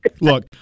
look